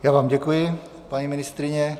Já vám děkuji, paní ministryně.